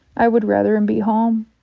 i would rather him be home.